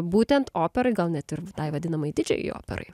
būtent operai gal net ir tai vadinamai didžiajai operai